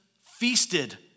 feasted